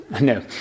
No